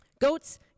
Goats